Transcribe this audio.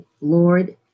Lord